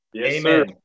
amen